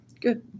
Good